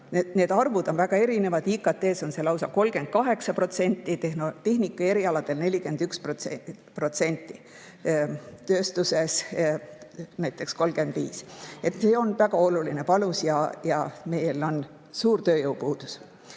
Need arvud on väga erinevad. IKT-s on see lausa 38%, tehnikaerialadel 41%, tööstuses näiteks 35%. See on väga oluline panus ja meil on suur tööjõupuudus. Neljandaks,